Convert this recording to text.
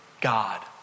God